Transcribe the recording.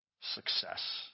success